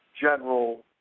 general